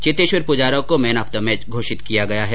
चेतेश्वर पुजारा को man of the match घोषित किया गया है